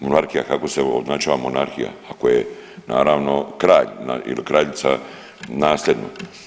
Monarhija, kako se označava monarhija ako je naravno kralj ili kraljica nasljedno.